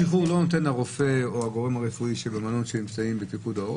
את השחרור לא נותן הרופא או הגורם הרפואי שבמלון שנמצאים בפיקוד העורף?